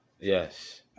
yes